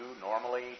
normally